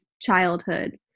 childhood